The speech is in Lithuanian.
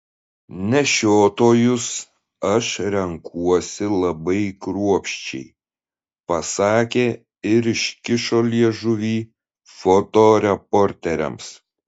nešiotojus aš renkuosi labai kruopščiai pasakė ir iškišo liežuvį fotoreporteriams